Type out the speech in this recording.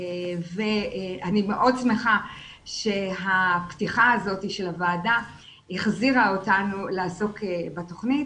אני מאוד שמחה שהפתיחה הזאת של הוועדה החזירה אותנו לעסוק בתוכנית.